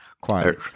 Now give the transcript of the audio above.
Quiet